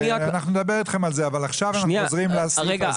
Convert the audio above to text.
אנחנו נדבר אתכם על זה אבל עכשיו אנחנו חוזרים לנושא הדיון.